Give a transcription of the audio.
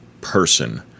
person